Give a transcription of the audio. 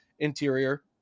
interior